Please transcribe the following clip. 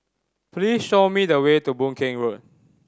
please show me the way to Boon Keng Road